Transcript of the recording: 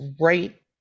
right